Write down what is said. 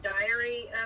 diary